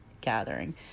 gathering